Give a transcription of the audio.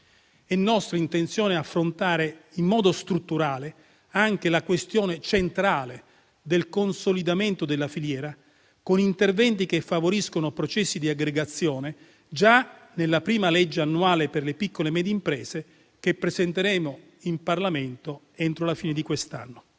È nostra intenzione affrontare in modo strutturale anche la questione centrale del consolidamento della filiera con interventi che favoriscano processi di aggregazione già nella prima legge annuale per le piccole e medie imprese, che presenteremo in Parlamento entro la fine di quest'anno.